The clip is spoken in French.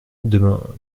demain